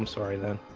um sorry then.